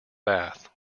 bath